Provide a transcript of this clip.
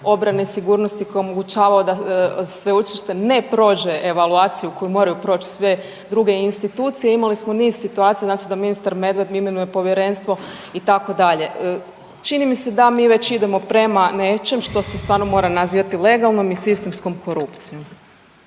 obrane, sigurnosti koji omogućavao da sveučilište ne prođe evaluaciju koju moraju proć sve druge institucije, imali smo niz situacija … da ministar Medved imenuje povjerenstvo itd., čini mi se da mi već idemo prema nečem što se stvarno mora nazivati legalnom i sistemskom korupcijom.